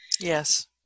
Yes